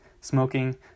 smoking